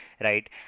right